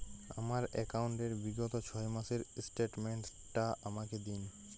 আমার অ্যাকাউন্ট র বিগত ছয় মাসের স্টেটমেন্ট টা আমাকে দিন?